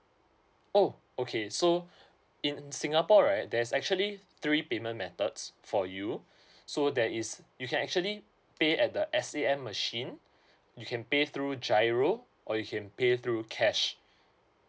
oh okay so in singapore right there's actually three payment methods for you so there is you can actually pay at the S_A_M machine you can pay through GIRO or you can pay through cash